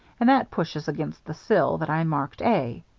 and that pushes against the sill that i marked a.